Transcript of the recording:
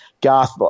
garth